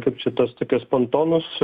kaip čia tas tokias pantonus